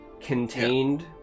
contained